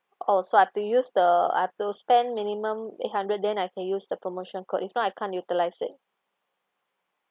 oh so I have to use the I've to spend minimum eight hundred then I can use the promotion code if not I can't utilize it